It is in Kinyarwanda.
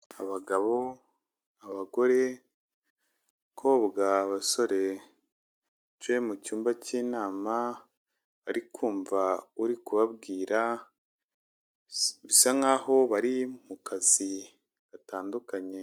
Abagabo, abagore, abakobwa, abasoreje bicaye mu cyumba cy'inama barikumva uri kubabwira bisa nkaho bari mu kazi gatandukanye.